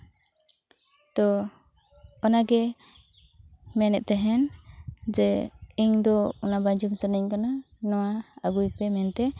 ᱛᱚ ᱚᱱᱟ ᱜᱮ ᱢᱮᱱᱮᱫ ᱛᱟᱦᱮᱱ ᱡᱮ ᱤᱧ ᱫᱚ ᱚᱱᱟ ᱵᱟᱝ ᱡᱚᱢ ᱥᱟᱱᱟᱧ ᱠᱟᱱᱟ ᱱᱚᱣᱟ ᱟᱹᱜᱩᱭ ᱯᱮ ᱢᱮᱱᱛᱮ